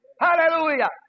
hallelujah